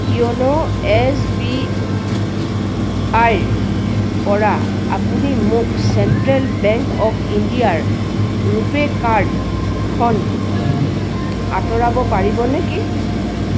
YONO S B আইৰ পৰা আপুনি মোক চেণ্ট্ৰেল বেংক অৱ ইণ্ডিয়াৰ ৰুপে কাৰ্ডখন আঁতৰাব পাৰিব নেকি